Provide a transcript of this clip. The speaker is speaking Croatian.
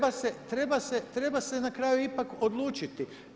Pa treba se na kraju ipak odlučiti.